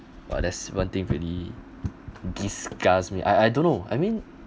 !wah! that's one thing really disgusts me I I don't know I mean